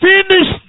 Finish